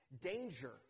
danger